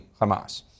Hamas